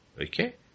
Okay